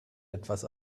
etwas